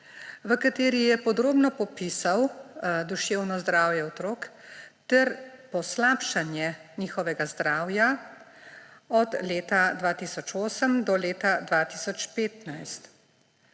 v kateri je podrobno popisal duševno zdravje otrok ter poslabšanje njihovega zdravja od leta 2008 do leta 2015.